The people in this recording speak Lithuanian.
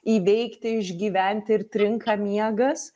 įveikti išgyvent ir trinka miegas